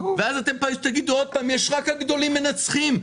ואז אתם תגידו עוד פעם: רק הגדולים מנצחים,